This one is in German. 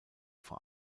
vor